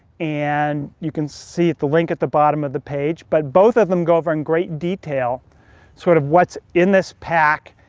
and you can see at the link at the bottom of the page. but both of them go over in great detail sort of what's in this pack,